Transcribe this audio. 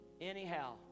anyhow